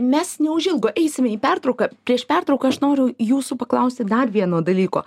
mes neužilgo eisime į pertrauką prieš pertrauką aš noriu jūsų paklausti dar vieno dalyko